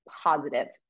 positive